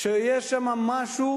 שיש שם משהו